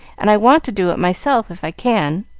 and i want to do it myself, if i can.